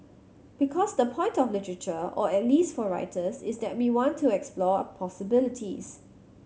because the point of literature or at least for writers is that we want to explore possibilities